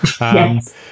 Yes